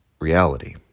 reality